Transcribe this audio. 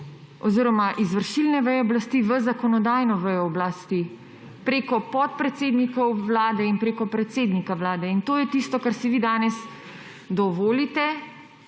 izvršilne veje oblasti v zakonodajno vejo oblasti preko podpredsednikov Vlade in preko predsednika Vlade. In to je tisto, kar si vi danes dovolite,